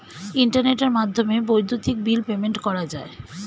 ইন্টারনেটের মাধ্যমে বৈদ্যুতিক বিল পেমেন্ট করা যায়